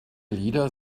lieder